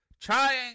trying